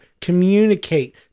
Communicate